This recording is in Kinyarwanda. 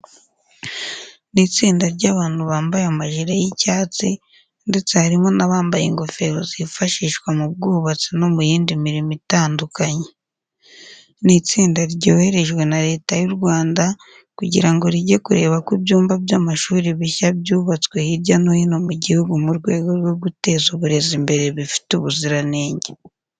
Ni itsinda ry'abantu bambaye amajire y'icyatsi ndetse harimo n'abambaye ingofero zifashishwa mu bwubatsi no mu yindi mirimo itandukanye. Ni itsinda ryoherejwe na Leta y'u Rwanda kugira ngo rijye kureba ko ibyumba by'amashuri bishya byubatswe hirya no hino mu gihugu mu rwego rwo guteza uburezi imbere bifite ubuziranenge.